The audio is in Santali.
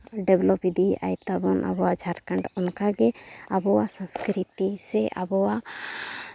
ᱰᱮᱵᱷᱞᱚᱵ ᱤᱫᱤᱭᱮᱜ ᱟᱭ ᱛᱟᱵᱚᱱ ᱟᱵᱚᱣᱟᱜ ᱡᱷᱟᱲᱠᱷᱚᱸᱰ ᱚᱱᱠᱟᱜᱮ ᱟᱵᱚᱣᱟᱜ ᱥᱚᱥᱠᱨᱤᱛᱤ ᱥᱮ ᱟᱵᱚᱣᱟᱜ